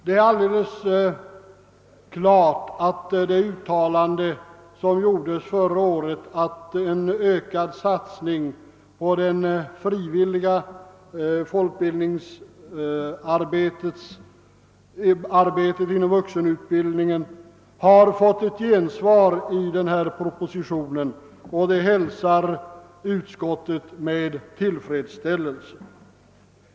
Det är alldeles klart att det uttalande, som gjordes förra året om en ökad satsning på det frivilliga folkbildningsarbetet inom vuxenutbildningen, har fått ett gensvar i denna proposition, och det hälsar utskottet med tillfredsställelse.